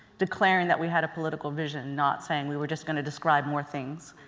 declaring that we had a political vision, not saying we were just going to describe more things.